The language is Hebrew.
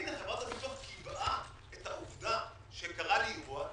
חברת הביטוח קיבעה את העובדה שקרה לי אירוע,